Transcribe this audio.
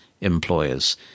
employers